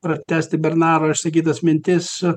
pratęsti bernaro išsakytas mintis